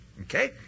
Okay